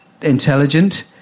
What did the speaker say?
intelligent